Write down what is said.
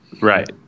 Right